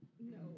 no